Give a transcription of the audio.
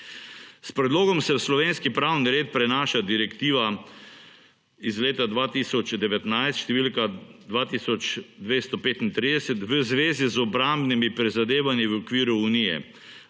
S predlogom se v slovenski pravni red prenaša direktiva iz leta 2019, številka 2.235, v zvezi z obrambnimi prizadevanji v okviru Unije.